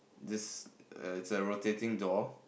this err is a rotating door